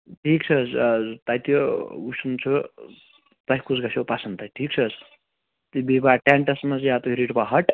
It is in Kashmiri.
ٹھیٖک چھِ حظ تَتہِ وُچھُن چھُ تۄہہِ کُس گژھو پَسنٛد تَتہِ ٹھیٖک چھِ حظ تُہۍ بِہِوا ٹینٹَس منٛز یا تُہۍ رٔٹوا ہَٹ